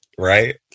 Right